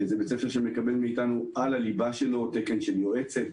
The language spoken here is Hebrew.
זה בית ספר שמקבל מאיתנו על הליבה שלו תקן של יועצת,